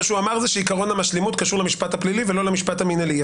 הוא אמר שעיקרון המשלימות קשור למשפט הפלילי ולא למשפט המינהלי.